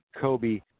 Kobe